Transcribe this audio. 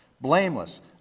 blameless